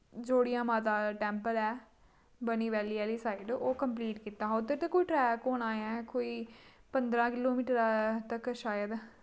जोड़ियां माता दा टैंपल ऐ बनी वैल्ली आह्ली साइड ओह् कंपलीट कीता हा उध्दर दे कोई ट्रैक होना ऐ कोई पंदरां किलोमीटर तक शायद